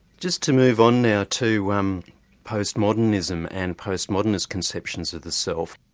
just to move on now to um postmodernism and postmodernist conceptions of the self.